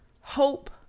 hope